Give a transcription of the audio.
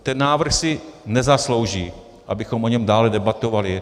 Ten návrh si nezaslouží, abychom o něm dále debatovali.